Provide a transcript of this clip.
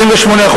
28%,